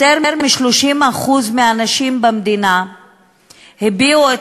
יותר מ-30% מהנשים במדינה הביעו את